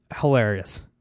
hilarious